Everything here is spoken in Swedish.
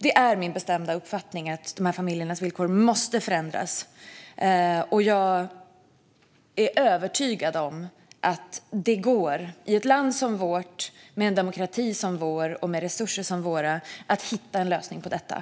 Det är min bestämda uppfattning att dessa familjers villkor måste förändras. Jag är övertygad om att det i ett land som vårt, med en demokrati som vår och med resurser som våra går att hitta en lösning på detta.